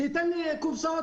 שייתן לי קופסאות,